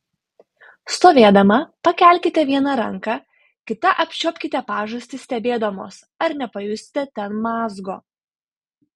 stovėdama pakelkite vieną ranką kita apčiuopkite pažastį stebėdamos ar nepajusite ten mazgo